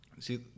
See